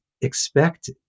expect